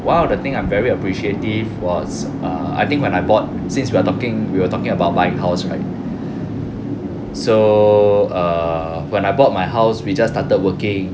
while the thing I'm very appreciative was err I think when I bought since we're talking we're talking about buying house right so err when I bought my house we just started working